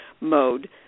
mode